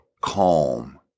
calm